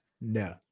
No